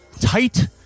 tight